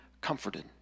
comforted